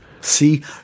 See